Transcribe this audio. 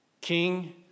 King